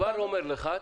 אני כבר אומר לך,